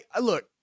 look